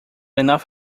enough